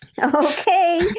okay